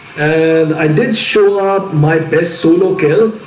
and i did show up. my best pseudo kill.